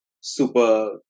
super